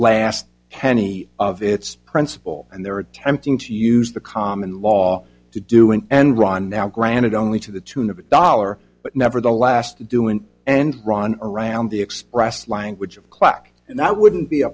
last penny of its principle and they're attempting to use the common law to do it and ron now granted only to the tune of a dollar but never the last to do an end run around the expressed language of clock and that wouldn't be a